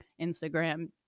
Instagram